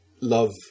love